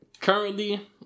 currently